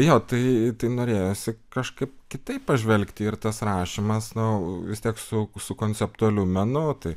jo tai tai norėjosi kažkaip kitaip pažvelgti ir tas rašymas nu vis tiek su su konceptualiu menu tai